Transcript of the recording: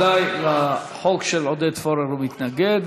אבל על הדרך בואו לא נגמור להם את החיים.